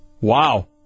wow